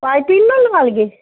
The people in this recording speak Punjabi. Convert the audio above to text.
ਪਾਈਪਿੰਗਰ ਨਾ ਲਵਾ ਲਈਏ